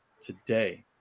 today